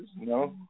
No